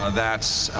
ah that's